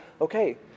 okay